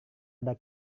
ada